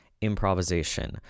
improvisation